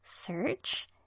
Search